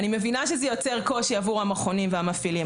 אני מבינה שזה יוצר קושי עבור המכונים והמפעלים.